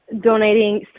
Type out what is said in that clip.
donating